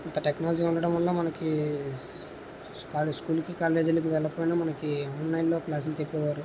ఇంత టెక్నాలజీ ఉండడం వల్ల మనకి కా స్కూల్ కి కాలేజ్ కి వెళ్ళికపోయినా మనకి ఆన్లైన్ లో క్లాసులు చెప్పేవారు